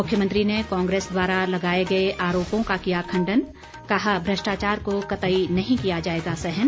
मुख्यमंत्री ने कांग्रेस द्वारा लगाये गये आरोपो का किया खंडन कहा भ्रष्टाचार को कतई नही किया जाएगा सहन